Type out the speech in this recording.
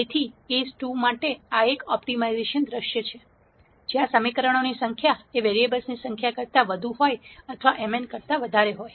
તેથી કેસ 2 માટે આ એક ઓપ્ટિમાઇઝેશન દૃશ્ય છે જ્યાં સમીકરણોની સંખ્યા વેરીએબલ્સ ની સંખ્યા કરતા વધુ હોય અથવા m n કરતા વધારે હોય